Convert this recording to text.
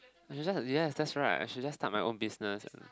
I should just yes that's right I should just start my own business